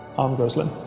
um goes limb.